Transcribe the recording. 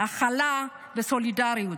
הכלה וסולידריות.